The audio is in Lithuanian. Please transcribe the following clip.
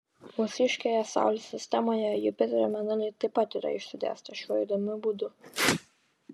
mūsiškėje saulės sistemoje jupiterio mėnuliai taip pat yra išsidėstę šiuo įdomiu būdu